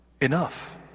Enough